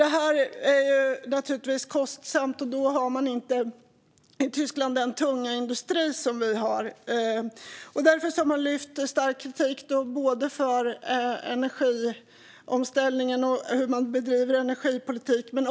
Detta är naturligtvis kostsamt, och ändå har man i Tyskland inte den tunga industri som vi har. Det har därför kommit skarp kritik både mot energiomställningen och mot hur energipolitiken bedrivs.